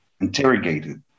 interrogated